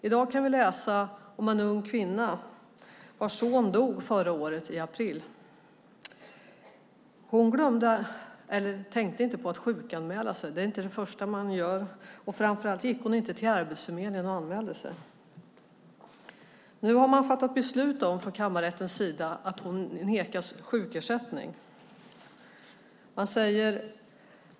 I dag kan vi läsa om en ung kvinna vars son dog i april förra året. Hon tänkte inte på att sjukanmäla sig - det är inte det första man tänker på - och framför allt gick hon inte till Arbetsförmedlingen och anmälde sig. Nu har kammarrätten fattat beslut om att hon nekas sjukersättning.